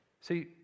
See